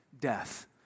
death